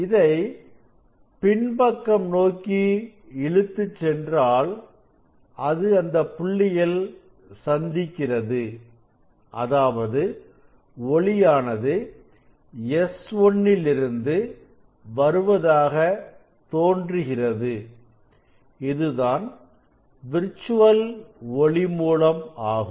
இதை பின்பக்கம் நோக்கி இழுத்து சென்றாள் அது இந்த புள்ளியில் சந்திக்கிறது அதாவது ஒளியானது S1 லிருந்து வருவதாக தோன்றுகிறது இதுதான் விர்ச்சுவல் ஒளி மூலம் ஆகும்